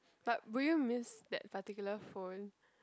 but will you miss that particular phone